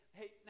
hey